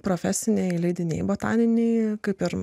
profesiniai leidiniai botaniniai kaip ir